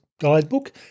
guidebook